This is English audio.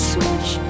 Switch